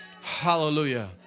Hallelujah